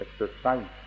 exercise